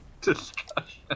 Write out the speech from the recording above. discussion